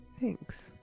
Thanks